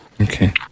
Okay